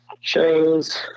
shows